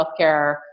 healthcare